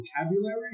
vocabulary